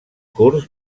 curts